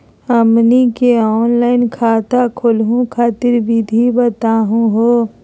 हमनी के ऑनलाइन खाता खोलहु खातिर विधि बताहु हो?